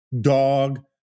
dog